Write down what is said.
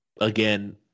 again